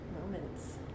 moments